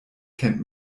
kennt